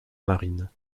marine